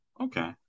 Okay